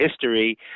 history